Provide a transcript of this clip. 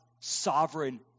sovereign